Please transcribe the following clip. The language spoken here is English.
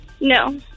No